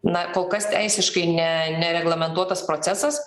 na kol kas teisiškai ne nereglamentuotas procesas